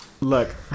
Look